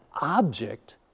object